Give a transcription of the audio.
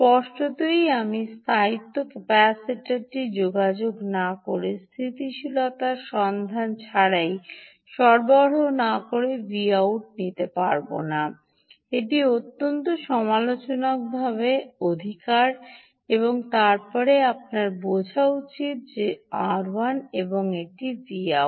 স্পষ্টতই আপনি স্থায়িত্ব ক্যাপাসিটরটি যোগ না করে স্থিতিশীলতার সন্ধান ছাড়াই Vout নিতে পারবেন না এটি অত্যন্ত সমালোচনামূলক অধিকার এবং তারপরে আপনার বোঝা উচিত এটি Rl এটি Cout